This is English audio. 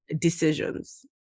decisions